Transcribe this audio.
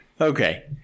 Okay